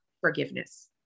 forgiveness